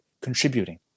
contributing